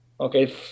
Okay